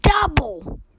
double